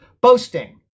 Boasting